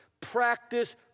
Practice